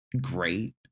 great